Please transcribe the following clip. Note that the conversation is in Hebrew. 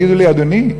יגידו לי: אדוני,